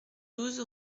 douze